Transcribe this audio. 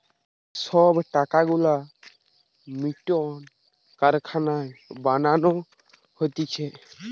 যে সব টাকা গুলা মিন্ট কারখানায় বানানো হতিছে